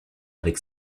avec